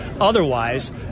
Otherwise